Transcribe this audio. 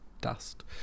dust